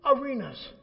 arenas